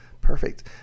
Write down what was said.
perfect